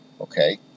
Okay